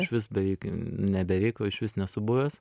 išvis beveik ne beveik o išvis nesu buvęs